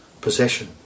possession